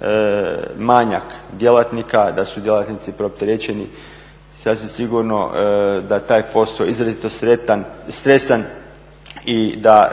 da postoji manjak djelatnika, da su djelatnici preopterećeni. Sasvim sigurno da je taj posao izrazito stresan i da